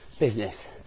business